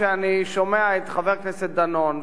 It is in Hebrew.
כשאני שומע את חבר הכנסת דנון,